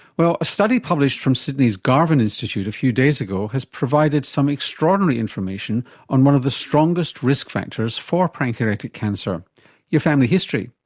well, a study published from sydney's garvan institute a few days ago has provided some extraordinary information on one of the strongest risk factors for pancreatic cancer your family history.